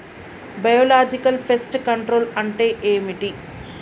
Biological pest control అంటే ఏమిటి?